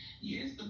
Yes